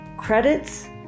credits